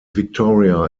victoria